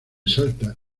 salta